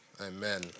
Amen